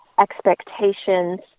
expectations